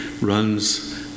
runs